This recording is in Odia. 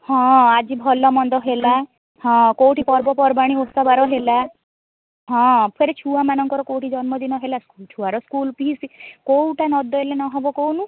ହଁ ଆଜି ଭଲ ମନ୍ଦ ହେଲା ହଁ କେଉଁଠି ପର୍ବପର୍ବାଣି ଓଷା ବାର ହେଲା ହଁ ଫେର୍ ଛୁଆମାନଙ୍କର କେଉଁଠି ଜନ୍ମଦିନ ହେଲା ଛୁଆର ସ୍କୁଲ୍ ଫିସ୍ କେଉଁଟା ନ ଦେଲେ ନ ହେବ କହୁନୁ